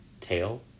tail